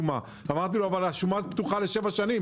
אמרתי לו: "אבל השומה הזו פתוחה לשבע שנים",